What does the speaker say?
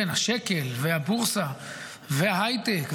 השקל והבורסה והייטק,